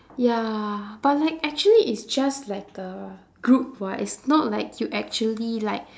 ya but like actually it's just like uh group [what] it's not like you actually like